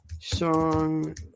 Song